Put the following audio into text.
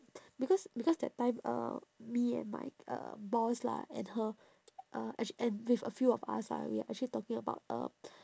because because that time uh me and my uh boss lah and her uh and sh~ and with a few of us ah we are actually talking about uh